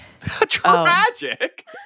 tragic